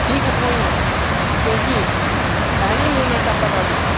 की खतम होइयां क्योंकि ऐनी मूवमेंट आफ दा बाडी